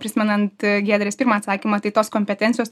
prisimenant giedrės pirmą atsakymą tai tos kompetencijos